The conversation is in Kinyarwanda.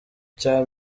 cya